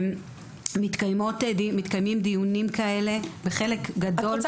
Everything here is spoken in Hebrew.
מתקיימים דיונים כאלה בחלק גדול --- את רוצה